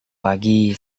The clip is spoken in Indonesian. pagi